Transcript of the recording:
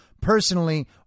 personally